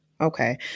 Okay